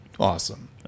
Awesome